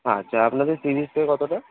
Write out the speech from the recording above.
আচ্ছা আপনাদের sea beach থেকে কতটা